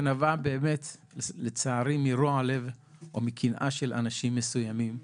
שנבעה באמת לצערי מרוע לב או מקנאה של אנשים מסוימים.